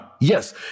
Yes